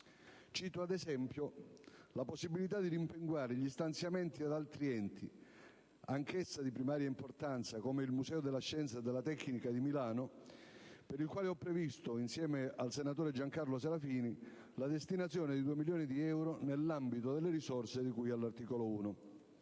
Cito, ad esempio, la possibilità di rimpinguare gli stanziamenti di altri enti, anch'essi di primaria importanza, come il Museo della scienza e della tecnica di Milano, per il quale ho previsto, insieme al senatore Giancarlo Serafini, la destinazione di due milioni di euro nell'ambito delle risorse di cui all'articolo 1.